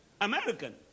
American